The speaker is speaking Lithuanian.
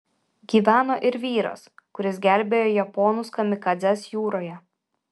gyveno ir vyras kuris gelbėjo japonus kamikadzes jūroje